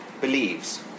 believes